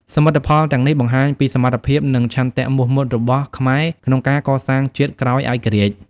សមិទ្ធផលទាំងនេះបង្ហាញពីសមត្ថភាព និងឆន្ទៈមោះមុតរបស់ខ្មែរក្នុងការកសាងជាតិក្រោយឯករាជ្យ។